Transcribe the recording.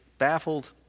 baffled